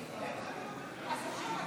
הכנסת,